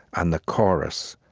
and the chorus,